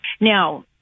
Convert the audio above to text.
Now